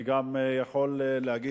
אני גם יכול להגיד,